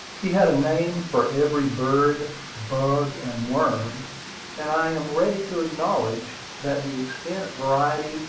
he had a name for every bird, bug, and worm and i am ready to acknowledge that the extent, variety,